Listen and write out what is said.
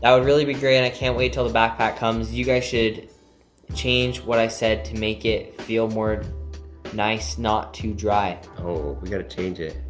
would really be great and i can't wait till the backpack comes. you guys should change what i said to make it feel more nice, not too dry. oh, we gotta change it.